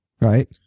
right